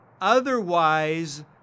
Otherwise